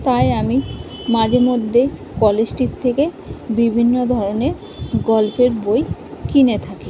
তাই আমি মাঝেমধ্যে কলেজ স্ট্রিট থেকে বিভিন্ন ধরনের গল্পের বই কিনে থাকি